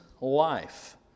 life